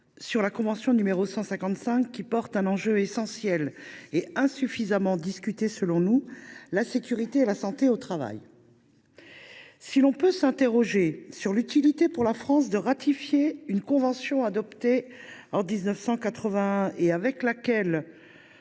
de la convention n° 155, parce qu’elle concerne un enjeu essentiel et insuffisamment discuté selon nous : la sécurité et la santé au travail. Si l’on peut s’interroger sur l’utilité pour la France de ratifier une convention adoptée en 1981 et avec laquelle